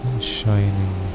shining